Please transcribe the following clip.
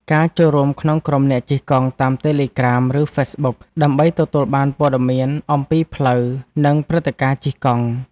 ការចូលរួមក្នុងក្រុមអ្នកជិះកង់តាមតេឡេក្រាម ឬហ្វេសប៊ុក ដើម្បីទទួលបានព័ត៌មានអំពីផ្លូវ និងព្រឹត្តិការណ៍ជិះកង់។